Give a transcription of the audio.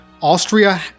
Austria